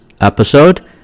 episode